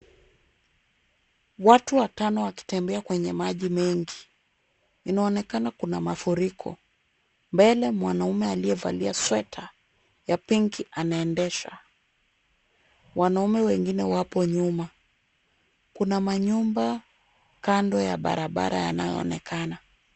Watu watano wakitembea kwenye maji mengi, inaonekana kuna mafuriko, mbele mwanaume aliyevalia sweta ya pinki anaendesha, wanaume wengine wapo nyuma, kuna manyumba kando ya barabara yanayoonekana.